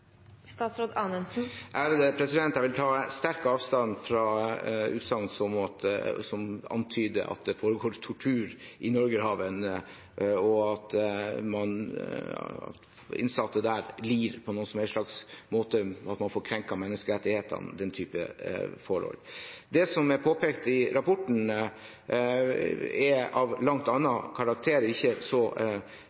Jeg vil ta sterkt avstand fra utsagn som antyder at det foregår tortur i Norgerhaven, at innsatte der lider på noen som helst slags måte, at man får krenket menneskerettighetene og den type forhold. Det som er påpekt i rapporten, er av en langt